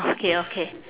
okay okay